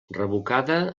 revocada